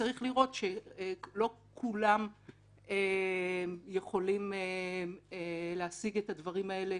צריך לראות שלא כולם יכולים להשיג את הדברים האלה